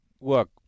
look